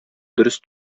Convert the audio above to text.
дөрес